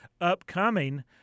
upcoming